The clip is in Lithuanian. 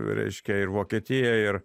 reiškia ir vokietija ir